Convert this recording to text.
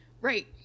right